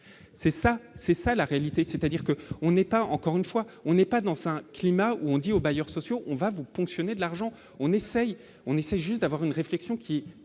c'est ça, c'est ça la réalité, c'est-à-dire que on n'est pas encore une fois, on n'est pas dans cinq climat où on dit aux bailleurs sociaux, on va vous ponctionner de l'argent, on essaye, on essaye juste d'avoir une réflexion qui qui